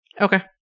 Okay